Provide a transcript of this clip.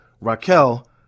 Raquel